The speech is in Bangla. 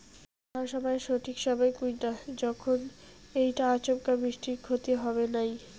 ধান চাষের সঠিক সময় কুনটা যখন এইটা আচমকা বৃষ্টিত ক্ষতি হবে নাই?